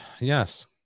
Yes